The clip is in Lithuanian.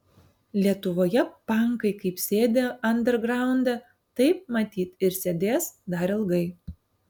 lietuvoje pankai kaip sėdi andergraunde taip matyt ir sėdės dar ilgai